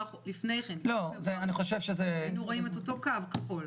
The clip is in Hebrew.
לפני כן היינו רואים את אותו קו כחול?